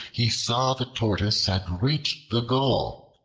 he saw the tortoise had reached the goal,